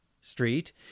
Street